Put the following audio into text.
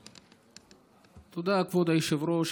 תודה, כבוד היושב-ראש.